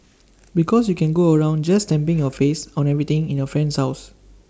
because you can go around just stamping your face on everything in your friend's house